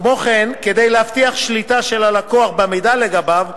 כמו כן, כדי להבטיח שליטה של הלקוח במידע לגביו,